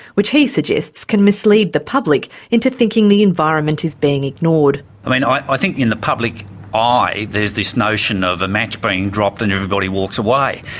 which he suggests can mislead the public into thinking the environment is being ignored. i mean, i think in the public eye, there's this notion of a match being dropped and everybody walks away.